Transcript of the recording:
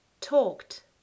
talked